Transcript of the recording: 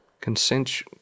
Consent